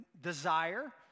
desire